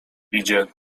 idzie